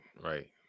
Right